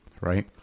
Right